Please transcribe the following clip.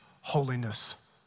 holiness